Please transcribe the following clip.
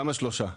למה שלושה?